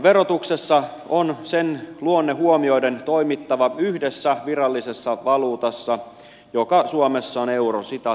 verotuksessa on sen luonne huomioiden toimittava yhdessä virallisessa valuutassa joka suomessa on euro